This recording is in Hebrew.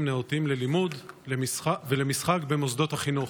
נאותים ללימוד ולמשחק במוסדות החינוך.